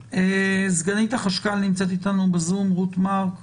סגנית החשכ"ל נמצאת איתנו בזום, רות מרק.